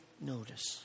notice